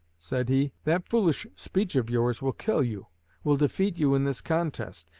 said he, that foolish speech of yours will kill you will defeat you in this contest,